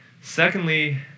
Secondly